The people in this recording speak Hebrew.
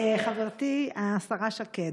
חברתי השרה שקד,